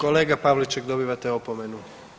Kolega Pavliček dobivate opomenu.